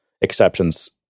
exceptions